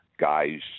guys